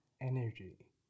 energy